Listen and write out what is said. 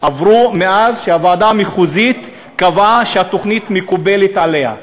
עברו מאז שהוועדה המחוזית קבעה שהתוכנית מקובלת עליה.